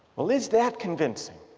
well is that convincing?